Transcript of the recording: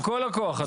בכל הכוח.